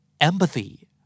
empathy